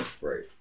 Right